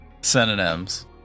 Synonyms